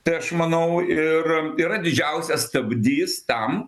tai aš manau ir yra didžiausias stabdys tam